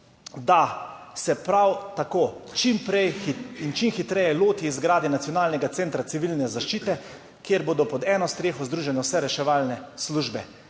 da se prav tako čim prej in čim hitreje loti izgradnje Nacionalnega centra civilne zaščite, kjer bodo pod eno streho združene vse reševalne službe.